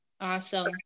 Awesome